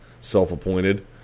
self-appointed